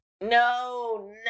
No